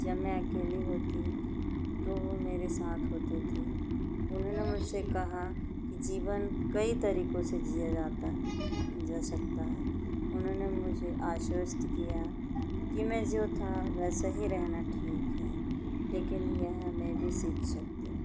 जब मैं अकेली होती तो वो मेरे साथ होते थे उन्होंने मुझसे कहा कि जीवन कई तरीकों से जिया जाता जा सकता है उन्होंने मुझे आश्वस्त किया कि मैं जो था वैसे ही रहना ठीक है लेकिन यह मैं भी सीख शकती